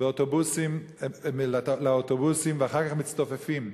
לאוטובוסים ואחר כך מצטופפים.